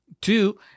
Two